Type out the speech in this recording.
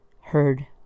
heard